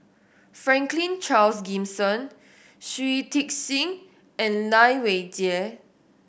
Franklin Charles Gimson Shui Tit Sing and Lai Weijie